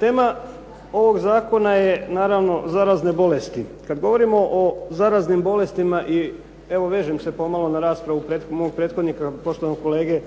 Tema ovog zakona je naravno zarazne bolesti. Kad govorimo o zaraznim bolestima i evo vežem se pomalo na raspravu mog prethodnika poštovanog kolege